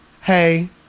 Hey